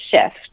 shift